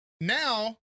now